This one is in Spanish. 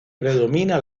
predomina